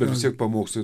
bet vis tiek pamokslai